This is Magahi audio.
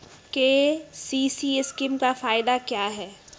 के.सी.सी स्कीम का फायदा क्या है?